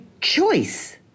choice